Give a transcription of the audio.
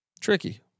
Tricky